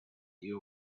you